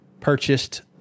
purchased